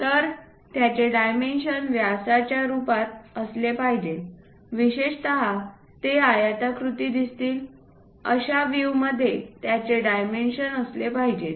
तर त्यांचे डायमेन्शन व्यासाच्या रूपात असले पाहिजेत विशेषत ते आयताकृती दिसतील अशा व्हिवमध्ये त्यांचे डायमेन्शन असले पाहिजेत